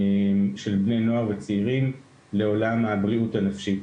של בני נוער וצעירים לעולם הבריאות הנפשית.